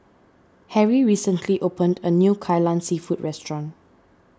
Harry recently opened a new Kai Lan Seafood restaurant